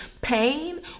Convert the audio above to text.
pain